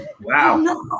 Wow